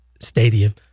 stadium